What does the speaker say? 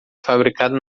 fabricada